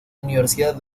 universidad